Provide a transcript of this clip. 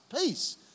peace